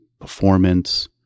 performance